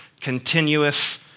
continuous